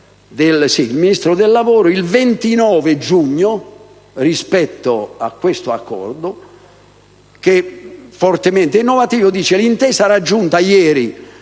Il Ministro del lavoro, il 29 giugno, rispetto a questo accordo, fortemente innovativo, afferma che «l'intesa raggiunta ieri